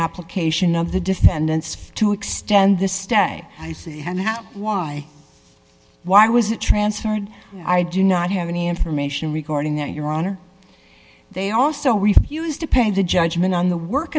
application of the defendants to extend the stay i see now why why was it transferred i do not have any information regarding that your honor they also refused to pay the judgment on the work